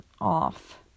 off